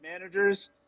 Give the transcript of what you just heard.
managers